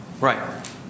Right